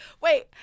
Wait